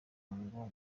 ngo